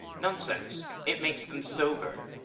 nonsense! it makes them sober